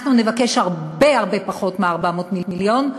אנחנו נבקש הרבה הרבה פחות מ-400 מיליון,